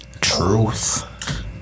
truth